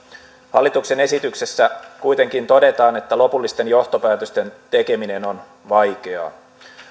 hallituksen esityksessä kuitenkin todetaan että lopullisten johtopäätösten tekeminen on vaikeaa